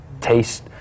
taste